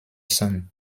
sun